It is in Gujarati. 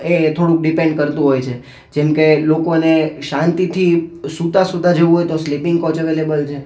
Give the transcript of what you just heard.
એ થોડુંક ડીપેન્ડ કરતું હોય છે જેમ કે લોકોને શાંતિથી સુતા સુતા જવું હોય તો સ્લીપિંગ કોચ અવેલેબલ છે